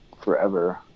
forever